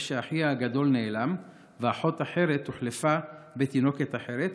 שאחיה הגדול נעלם ואחות אחרת הוחלפה בתינוקת אחרת.